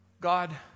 God